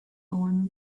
own